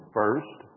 first